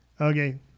Okay